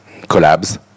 collabs